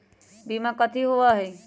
बीमा की होअ हई?